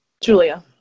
Julia